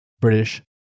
British